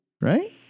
right